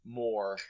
more